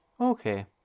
Okay